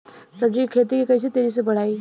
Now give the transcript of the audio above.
सब्जी के खेती के कइसे तेजी से बढ़ाई?